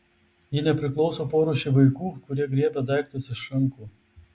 ji nepriklauso porūšiui vaikų kurie griebia daiktus iš rankų